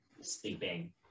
sleeping